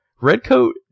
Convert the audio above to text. Redcoat